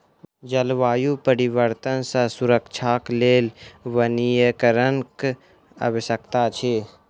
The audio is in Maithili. जलवायु परिवर्तन सॅ सुरक्षाक लेल वनीकरणक आवश्यकता अछि